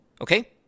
Okay